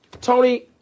Tony